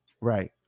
Right